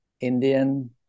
Indian